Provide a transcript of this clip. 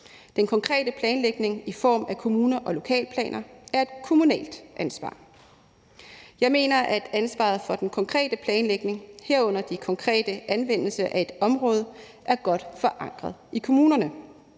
Den konkrete planlægning i form af kommune- og lokalplaner er et kommunalt ansvar. Jeg mener, at ansvaret for den konkrete planlægning, herunder den konkrete anvendelse af et område, er godt forankret i kommunerne.